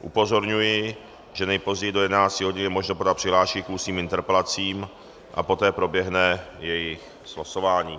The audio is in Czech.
Upozorňuji, že nejpozději do 11 hodin je možno podat přihlášky k ústním interpelacím a poté proběhne jejich slosování.